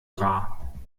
rar